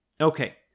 Okay